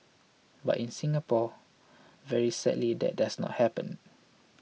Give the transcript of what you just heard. but in Singapore very sadly that doesn't happen